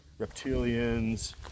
reptilians